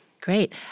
Great